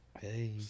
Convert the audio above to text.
Hey